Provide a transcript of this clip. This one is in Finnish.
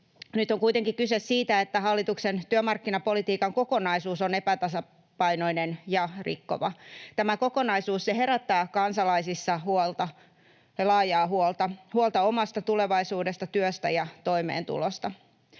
Nyt on kuitenkin kyse siitä, että hallituksen työmarkkinapolitiikan kokonaisuus on epätasapainoinen ja rikkova. Tämä kokonaisuus herättää kansalaisissa laajaa huolta, huolta omasta tulevaisuudesta, työstä ja toimeentulosta.